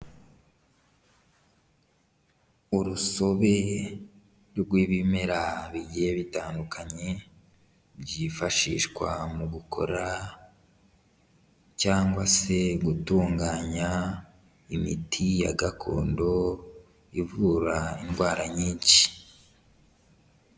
Urusobe rw'ibimera bigiye bitandukanye byifashishwa mu gukora cyangwa se gutunganya imiti ya gakondo ivura indwara nyinshi.